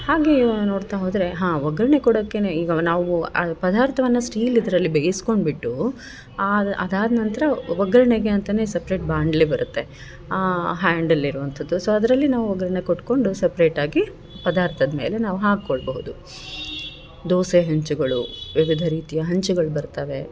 ಹಾಗೇ ನೋಡ್ತಾ ಹೋದರೆ ಹಾಂ ಒಗ್ಗರಣೆ ಕೊಡೋಕೇನೆ ಈಗ ನಾವು ಪದಾರ್ಥವನ್ನ ಸ್ಟೀಲ್ ಇದರಲ್ಲಿ ಬೇಯಿಸ್ಕೊಂಡ್ಬಿಟ್ಟು ಅದಾದ ನಂತರ ಒಗ್ಗರಣೆಗೆ ಅಂತಾನೇ ಸಪ್ರೇಟ್ ಬಾಂಡ್ಲಿ ಬರತ್ತೆ ಹ್ಯಾಂಡಲ್ ಇರುವಂಥದ್ದು ಸೊ ಅದರಲ್ಲಿ ನಾವು ಒಗ್ಗರಣೆ ಕೊಟ್ಕೊಂಡು ಸಪ್ರೇಟ್ ಆಗಿ ಪದಾರ್ಥದ ಮೇಲೆ ನಾವು ಹಾಕೊಳ್ಳಬಹುದು ದೋಸೆ ಹೆಂಚುಗಳು ವಿವಿಧ ರೀತಿಯ ಹಂಚುಗಳು ಬರ್ತವೆ